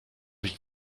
ich